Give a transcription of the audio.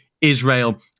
Israel